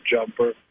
jumper